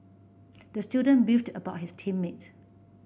the student beefed about his team mates